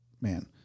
man